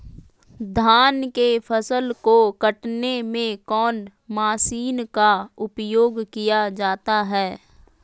धान के फसल को कटने में कौन माशिन का उपयोग किया जाता है?